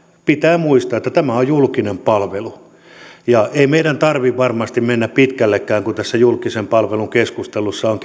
pitää muistaa että tämä on julkinen palvelu ei meidän tarvitse varmasti mennä pitkällekään kun tässä julkisen palvelun keskustelussa on